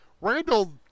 Randall